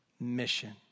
mission